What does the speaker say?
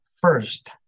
first